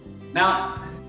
Now